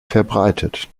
verbreitet